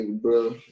bro